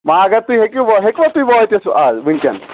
وۄنۍ اگر تُہۍ ہیٚکِو ہیٚکوا تُہۍ وٲتِتھ از ؤنکیٚن